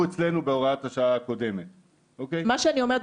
בודקים את השטח, כמו שענבל אמרה.